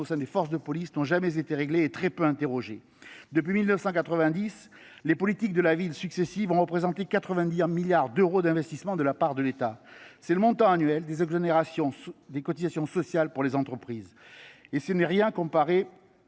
au sein des forces de police, n’ont jamais été réglées et elles ont été très peu débattues. Depuis 1990, les politiques de la ville successives ont représenté 90 milliards d’euros d’investissements de la part de l’État. C’est aussi le montant annuel des exonérations de cotisations sociales pour les entreprises… Et ce n’est rien en